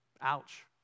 Ouch